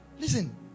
Listen